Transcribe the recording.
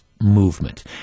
movement